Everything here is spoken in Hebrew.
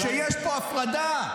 מה זה הדבר הזה שיש פה הפרדה?